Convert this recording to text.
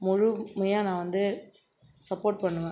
முழுமையாக நான் வந்து சப்போட் பண்ணுவேன்